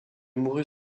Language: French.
mourut